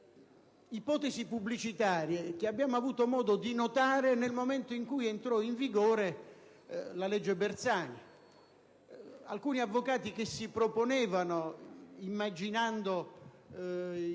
pubblicitarie che abbiamo avuto modo di notare nel momento in cui entrò in vigore la legge Bersani. Alcuni avvocati, ad esempio, si proponevano immaginando